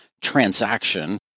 transaction